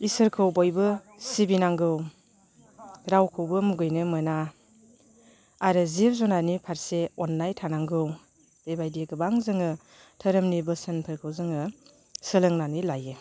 इसोरखौ बयबो सिबिनांगौ रावखौबो मुगैनो मोना आरो जिब जुनारनि फारसे अननाय थानांगौ बेबायदि गोबां जोङो धोरोमनि बोसोनफोरखौ जोङो सोलोंनानै लायो